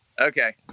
Okay